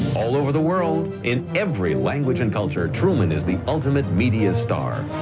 all over the world, in every language and culture, truman is the ultimate media star,